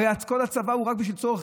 הרי כל הצבא הוא רק בשביל צורך,